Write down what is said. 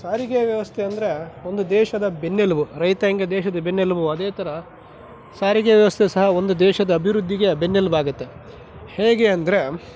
ಸಾರಿಗೆ ವ್ಯವಸ್ಥೆ ಅಂದರೆ ಒಂದು ದೇಶದ ಬೆನ್ನೆಲುಬು ರೈತ ಹೇಗೆ ದೇಶದ ಬೆನ್ನೆಲುಬೋ ಅದೇ ಥರ ಸಾರಿಗೆ ವ್ಯವಸ್ಥೆ ಸಹ ಒಂದು ದೇಶದ ಅಭಿವೃದ್ಧಿಗೆ ಬೆನ್ನೆಲುಬಾಗತ್ತೆ ಹೇಗೆ ಅಂದರೆ